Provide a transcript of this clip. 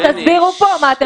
תסביר לנו.